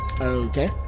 Okay